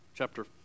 Chapter